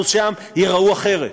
10% שם, ייראו אחרת.